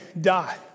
die